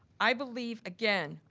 i believe again,